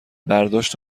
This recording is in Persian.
برداشت